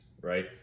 right